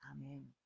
Amen